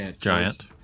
giant